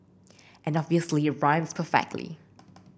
and obviously it rhymes perfectly